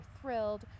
thrilled